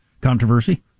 controversy